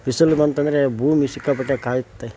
ಬಿಸಿಲು ಬಂತಂದ್ರೆ ಭೂಮಿ ಸಿಕ್ಕಾಪಟ್ಟೆ ಕಾಯುತ್ತೆ